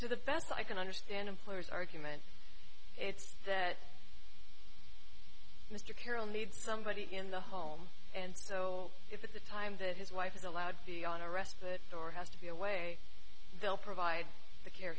to the best i can understand employers argument it's that mr carroll needs somebody in the home and so if at the time that his wife is allowed to be on a respite or has to be away they'll provide the care